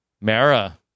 Mara